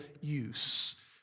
use